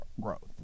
growth